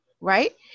right